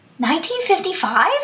1955